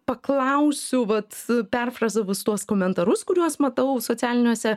paklausiau vat perfrazavus tuos komentarus kuriuos matau socialiniuose